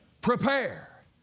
Prepare